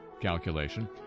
calculation